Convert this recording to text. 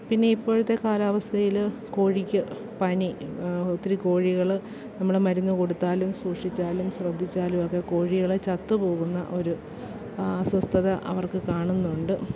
പിന്നെ ഇപ്പോഴത്തെ കാലാവസ്ഥയില് കോഴിക്ക് പനി ഒത്തിരി കോഴികള് നമ്മുടെ മരുന്ന് കൊടുത്താലും സൂക്ഷിച്ചാലും ശ്രദ്ധിച്ചാലുവൊക്കെ കോഴികള് ചത്ത് പോകുന്ന ഒരു ആ അസ്വസ്ഥത അവർക്ക് കാണുന്നുണ്ട്